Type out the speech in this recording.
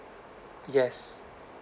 yes